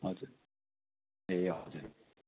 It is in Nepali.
हजुर ए हजुर